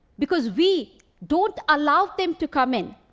because we don't allow them to come in.